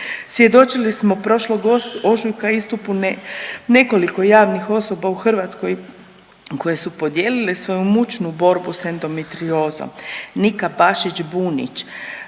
Svjedočili smo prošlog ožujka istupu nekoliko javnih osoba u Hrvatskoj koje su podijelile svoju mučnu borbu sa endometriozom Nika Bašić Bunić,